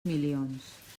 milions